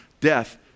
death